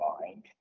mind